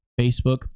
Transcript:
Facebook